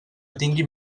tinguin